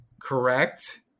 correct